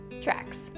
tracks